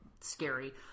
scary